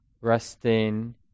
resting